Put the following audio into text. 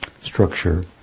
structure